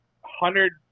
hundred